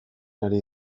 ari